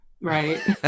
Right